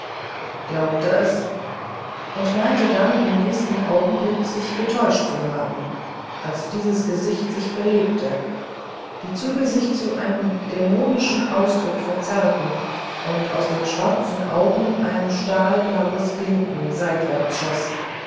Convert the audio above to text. glaubte es und meinte dann im nächsten augenblick sich getäuscht zu haben als dies gesicht sich belebte die züge sich zu einem dämonischen ausdruck verzerrten und aus den schwarzen augen ein stahlblaues blinken seitwärts schoß